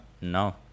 No